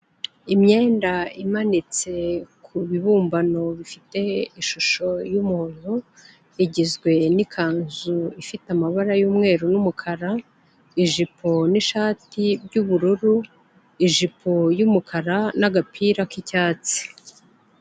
Imyenda imanitse ku bibumbano bifite ishusho y'umuntu, igizwe n'ikanzu ifite amabara y'umweru n'umukara, ijipo n'ishati by'ubururu, ijipo y'umukara n'agapira k'icyatsi.